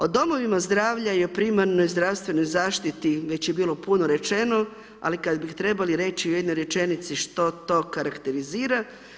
O domovima zdravlja i o primarnoj zdravstvenoj zaštiti već je bilo puno rečeno, ali kad bi trebali reći u jedno rečenici što to karakterizira.